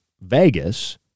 Vegas